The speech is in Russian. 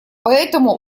поэтому